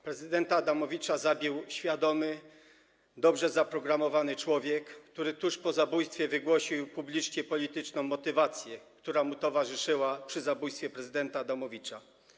Prezydenta Adamowicza zabił świadomy, dobrze zaprogramowany człowiek, który tuż po zabójstwie publicznie wygłosił polityczną motywację, która mu towarzyszyła przy zabójstwie prezydenta Adamowicza.